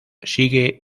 sigue